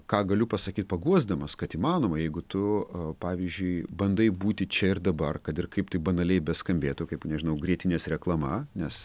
ką galiu pasakyt paguosdamas kad įmanoma jeigu tu pavyzdžiui bandai būti čia ir dabar kad ir kaip tai banaliai beskambėtų kaip nežinau grietinės reklama nes